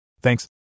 Thanks